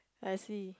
I see